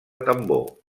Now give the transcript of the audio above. tambor